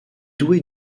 doué